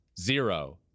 Zero